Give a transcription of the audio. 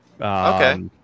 Okay